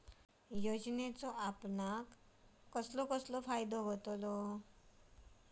योजनेचो आपल्याक काय काय फायदो होता?